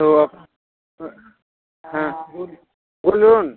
तो आप हाँ बोलिए वो लोन